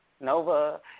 Nova